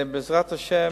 בעזרת השם,